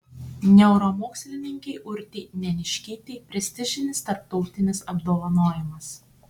neuromokslininkei urtei neniškytei prestižinis tarptautinis apdovanojimas